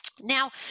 Now